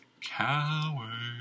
Coward